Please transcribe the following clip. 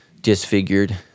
disfigured